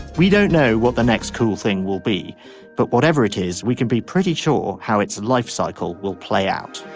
we don't know what the next cool thing will be but whatever it is we can be pretty sure how its lifecycle will play out.